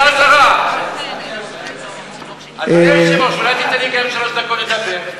כנראה משיקולים ומצרכים פוליטיים.